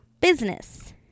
Business